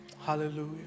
Hallelujah